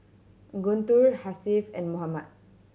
Guntur Hasif and Muhammad